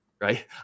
right